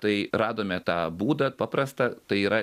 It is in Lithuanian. tai radome tą būdą paprastą tai yra